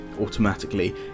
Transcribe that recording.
automatically